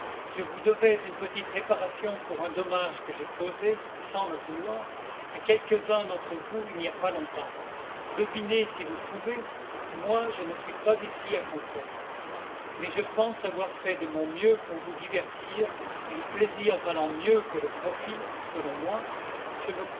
je vous devais une petite réparation pour un dommage que j'ai causé sans le vouloir à quelques-uns d'entre vous il n'y a pas longtemps devinez si vous pouvez moi je ne suis pas ici à confesse mais je pense avoir fait de mon mieux pour vous divertir et le plaisir valant mieux que le profit selon moi je me